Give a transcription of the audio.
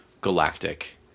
galactic